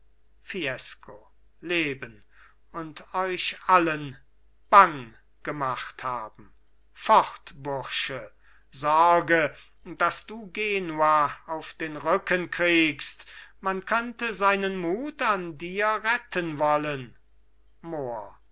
fiesco leben und euch allen bang gemacht haben fort bursche sorge daß du genua auf den rücken kriegst man könnte seinen mut an dir retten wollen